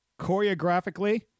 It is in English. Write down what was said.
choreographically